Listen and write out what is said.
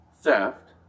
theft